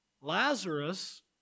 Lazarus